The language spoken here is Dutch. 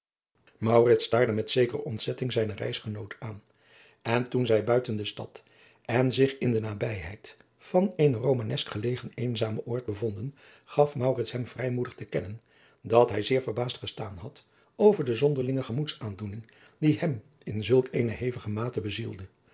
staarde met zekere ontzetting zijnen reisgenoot aan en toen zij buiten de stad en zich in de nabijheid van eenen romanesk gelegen eenzamen oord bevonden gaf maurits hem vrijmoedig te kennen dat hij zeer verbaasd gestaan had over de zonderlinge gemoedsaandoening die hem in zulk eene hevige mate bezielde